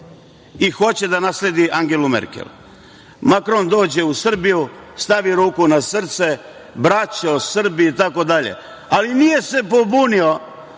i hoće da nasledi Angelu Merkel. Makron dođe u Srbiju, stavi ruku na srce, braćo Srbi, itd, ali nije se pobunio